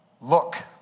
Look